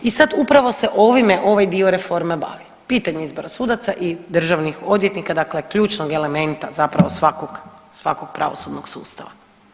I sad upravo se ovime ovaj dio reforme bavi, pitanje izbora sudaca i državnih odvjetnika dakle ključnog elementa zapravo svakog pravosudnog sustava.